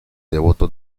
devoto